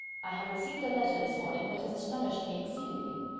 i have received a letter this morning that has astonished me exceedingly.